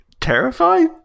terrified